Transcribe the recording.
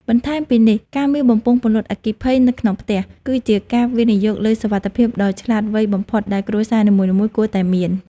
បន្ថែមពីនេះ ការមានបំពង់ពន្លត់អគ្គិភ័យនៅក្នុងផ្ទះ គឺជាការវិនិយោគលើសុវត្ថិភាពដ៏ឆ្លាតវៃបំផុតដែលគ្រួសារនីមួយៗគួរតែមាន។